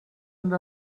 and